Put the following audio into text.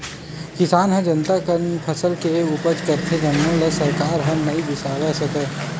किसान ह जतना कन फसल के उपज करथे जम्मो ल सरकार ह नइ बिसावय सके